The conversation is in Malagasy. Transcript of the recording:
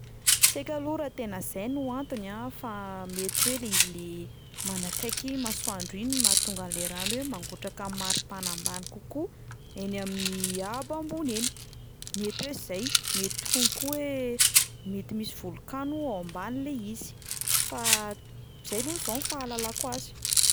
Tsy haiko aloha raha tena izay no antony a, fa mety hoe le izy le manakaiky masoandro iny no mahatonga an'le rano hoe mangotraka amin'ny maripana ambany kokoa eny amin'ny haambo ambony eny, mety hoe zay, mety konko hoe mety misy vôlkano ao ambanin'le izy, fa zay aloha zao no fahalalako azy.